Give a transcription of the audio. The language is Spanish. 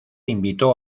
invitó